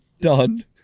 done